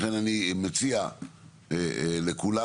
לכן אני מציע לכולנו,